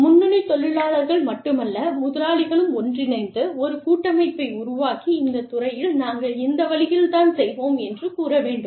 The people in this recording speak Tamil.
முன்னணி தொழிலாளர்கள் மட்டுமல்ல முதலாளிகளும் ஒன்றிணைந்து ஒரு கூட்டமைப்பை உருவாக்கி இந்த துறையில் நாங்கள் இந்த வழியில் தான் செய்வோம் என்று கூறவேண்டும்